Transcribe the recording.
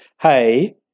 Hey